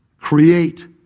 create